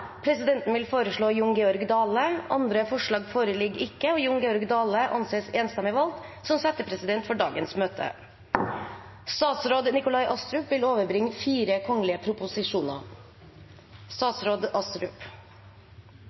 Presidenten vil foreslå Jon Georg Dale. Andre forslag foreligger ikke, og Jon Georg Dale er enstemmig valgt som settepresident for dagens møte. Før sakene på dagens kart tas opp til behandling, vil